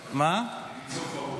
אני ניצול פרהוד.